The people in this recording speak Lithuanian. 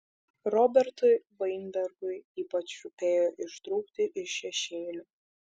robertui vainbergui ypač rūpėjo ištrūkti iš šešėlių